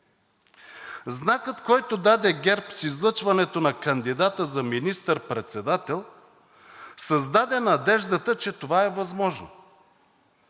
Знакът, който даде ГЕРБ с излъчването на кандидата за министър-председател, създаде надеждата, че това е възможно.